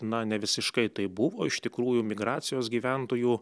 na ne visiškai taip buvo iš tikrųjų migracijos gyventojų